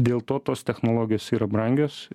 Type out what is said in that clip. dėl to tos technologijos yra brangios